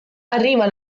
arriva